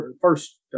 first